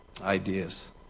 ideas